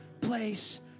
place